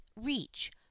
reach